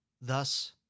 Thus